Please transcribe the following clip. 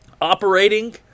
operating –